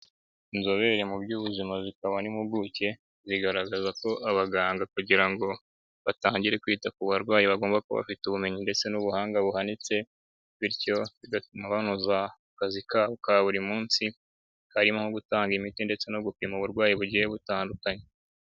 Inzobere mu by'ubuzima zikaba n'impuguke, zigaragaza ko abaganga kugira ngo batangire kwita ku barwayi bagomba kuba bafite ubumenyi ndetse n'ubuhanga buhanitse, bityo bigatuma banoza akazi kabo ka buri munsi, karimo gutanga imiti ndetse no gupima uburwayi bugiye butandukanye.